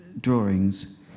drawings